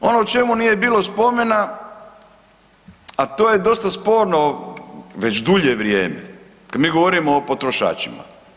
Ono o čemu nije bilo spomena, a to je dosta sporno već dulje vrijeme kada mi govorimo o potrošačima.